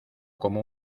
como